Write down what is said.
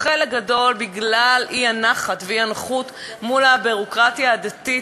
חלק גדול בגלל אי-נחת ואי-נוחות מול הביורוקרטיה הדתית,